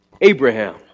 Abraham